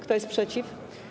Kto jest przeciw?